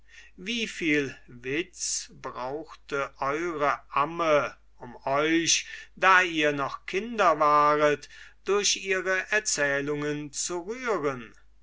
viel witz brauchte eure amme um euch da ihr noch kinder waret durch ihre erzählungen zu rühren